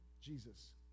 Jesus